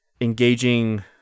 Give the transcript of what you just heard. engaging